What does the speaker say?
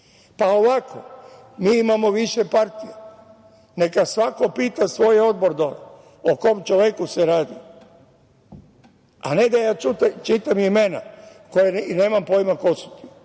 pa ovako, mi imamo više partija, neka svako pita svoj odbor o kom čoveku se radi, a ne da ja čitam imena i nemam pojma ko su ti